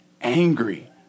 angry